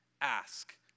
ask